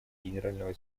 генерального